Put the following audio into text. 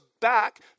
back